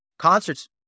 Concerts